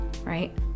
right